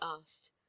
asked